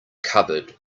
cupboard